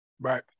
Right